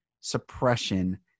suppression